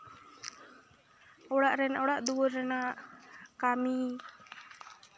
ᱚᱲᱟᱜ ᱨᱮᱱ ᱚᱲᱟᱜ ᱫᱩᱣᱟᱹᱨ ᱨᱮᱱᱟᱜ ᱠᱟᱹᱢᱤ